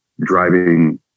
driving